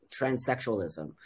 transsexualism